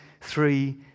three